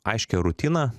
aiškią rutiną